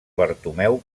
bartomeu